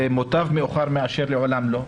ומוטב מאוחר מאשר לעולם לא.